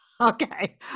Okay